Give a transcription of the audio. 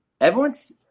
everyone's